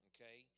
Okay